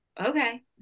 okay